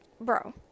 bro